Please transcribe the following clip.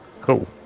Cool